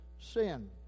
sin